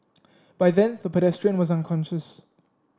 by then the pedestrian was unconscious